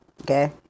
Okay